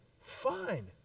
fine